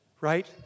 right